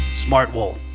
Smartwool